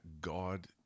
God